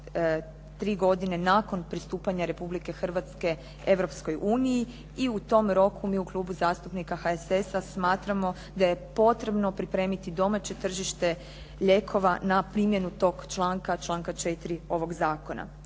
tri godine nakon pristupanja Republike Hrvatske Europskoj uniji. I u tom roku mi u Klubu zastupnika HSS-a smatramo da je potrebno pripremiti domaće tržište lijekova na primjenu tog članka, članka 4. ovog zakona.